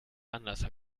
anlasser